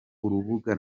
urubuga